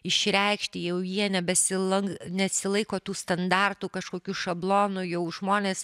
išreikšti jau jie nebesilan nesilaiko tų standartų kažkokių šablonų jau žmonės